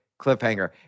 cliffhanger